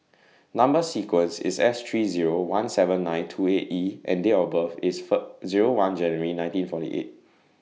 Number sequence IS S three Zero one seven nine two eight E and Date of birth IS For Zero one January nineteen forty eight